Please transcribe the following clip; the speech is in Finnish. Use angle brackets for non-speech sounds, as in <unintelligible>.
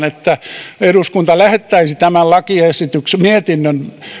<unintelligible> että eduskunta lähettäisi tämän mietinnön